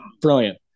Brilliant